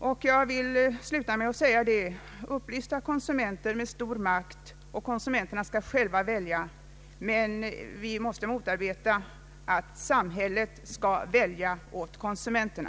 Avslutningsvis vill jag säga: Vad som behövs är upplysta konsumenter med stor makt, konsumenter som själva får välja. Vi måste motarbeta att samhället väljer åt konsumenterna.